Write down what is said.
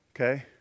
okay